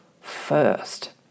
first